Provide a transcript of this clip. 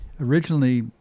originally